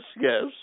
yes